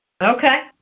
Okay